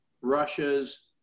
Russia's